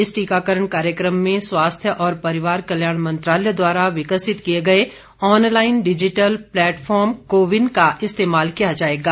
इस टीकाकरण कार्यक्रम में स्वास्थ्य और परिवार कल्याण मंत्रालय द्वारा विकसित किए गए online digital platform CoWIN का इस्तेमाल किया जाएगा